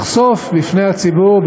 לחשוף בפני הציבור,